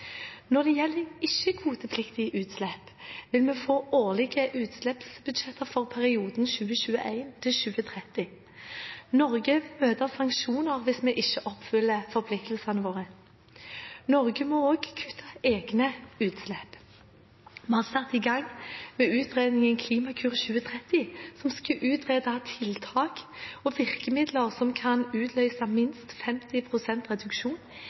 Når det gjelder ikke-kvotepliktige utslipp, vil vi få årlige utslippsbudsjetter for perioden 2021–2030. Norge vil møte sanksjoner hvis vi ikke oppfyller forpliktelsene våre. Norge må også kutte egne utslipp. Vi har satt i gang med utredningen Klimakur 2030, som skal utrede tiltak og virkemidler som kan utløse minst 50 pst. reduksjon